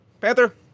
panther